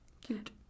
Cute